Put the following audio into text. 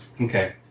Okay